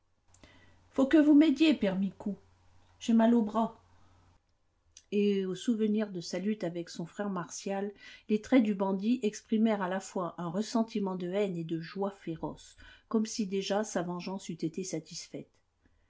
faut que vous m'aidiez père micou j'ai mal au bras et au souvenir de sa lutte avec son frère martial les traits du bandit exprimèrent à la fois un ressentiment de haine et de joie féroce comme si déjà sa vengeance eût été satisfaite